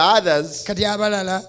others